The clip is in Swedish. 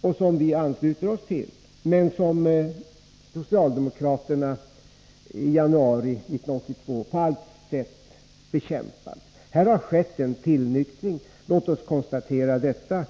och som vi ansluter oss till. Men i januari 1982 bekämpade socialdemokraterna på allt sätt dessa formuleringar. Här har skett en tillnyktring. Låt oss konstatera detta.